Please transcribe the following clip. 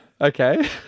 Okay